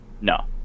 No